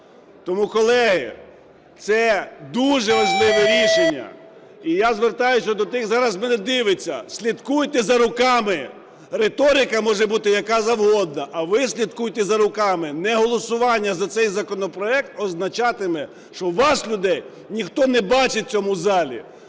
Тому, колеги, це дуже важливе рішення. І я звертаюся до тих, хто зараз мене дивиться, слідкуйте за руками. Риторика може бути яка завгодно, а ви слідкуйте за руками. Неголосування за цей законопроект означатиме, що вас, люди, ніхто не бачить в цьому залі,